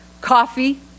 coffee